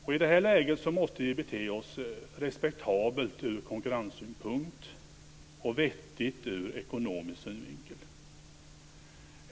I det här läget måste vi bete oss respektabelt ur konkurrenssynpunkt och vettigt ur ekonomisk synvinkel.